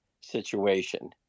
situation